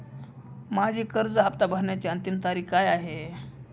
माझी कर्ज हफ्ता भरण्याची अंतिम तारीख काय आहे?